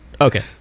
Okay